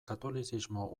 katolizismo